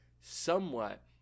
somewhat